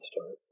start